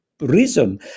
reason